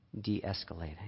de-escalating